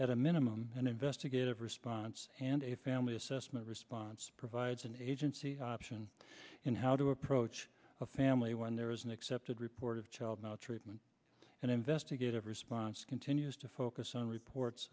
at a minimum and investigative response and a family assessment response provides an agency option in how to approach a family when there is an accepted report of child maltreatment and investigative response continues to focus on reports